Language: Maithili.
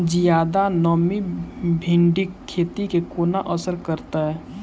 जियादा नमी भिंडीक खेती केँ कोना असर करतै?